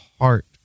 heart